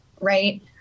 right